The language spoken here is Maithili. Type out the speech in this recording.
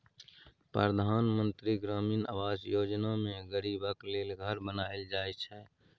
परधान मन्त्री ग्रामीण आबास योजना मे गरीबक लेल घर बनाएल जाइ छै